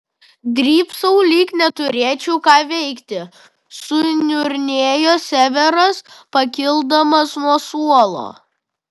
drybsau lyg neturėčiau ką veikti suniurnėjo severas pakildamas nuo suolo